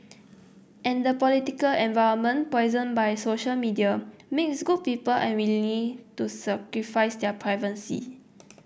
and the political environment poisoned by social media makes good people unwilling to sacrifice their privacy